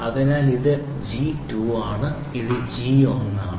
അതിനാൽ ഇത് ജി 2 ആണ് ഇത് ജി 1 ആണ്